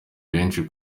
benshi